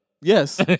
Yes